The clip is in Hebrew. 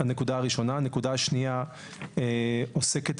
הנקודה השנייה עוסקת